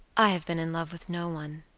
i have been in love with no one,